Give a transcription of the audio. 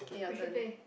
we should play